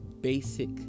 basic